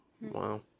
Wow